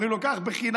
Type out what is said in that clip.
אומרים לו: קח חינם.